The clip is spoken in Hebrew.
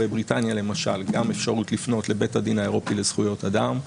בבריטניה למשל גם אפשרות לפנות לבית הדין האירופי לזכויות אדם,